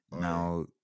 now